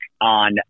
on